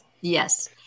Yes